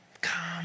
Come